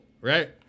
right